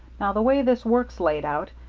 now, the way this work's laid out,